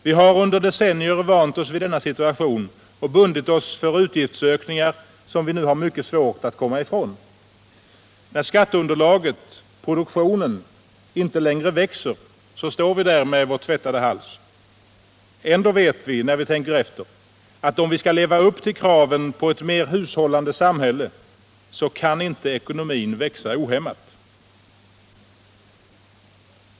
Vi har under decennier vant oss vid denna situation och bundit oss för utgiftsökningar som vi nu har mycket svårt att komma ifrån. Då skatteunderlaget — produktionen — inte längre växer står vi där med vår tvättade hals. Ändå vet vi — när vi tänker efter — att om vi skall leva upp till kraven på ett mera hushållande samhälle så kan inte ekonomin växa ohämmat.